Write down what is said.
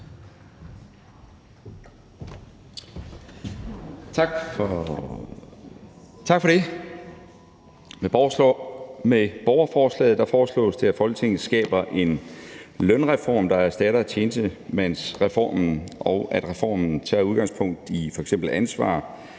Tak for det. Med borgerforslaget foreslås det, at Folketinget skaber en lønreform, der erstatter tjenestemandsreformen, og at reformen tager udgangspunkt i f.eks. ansvar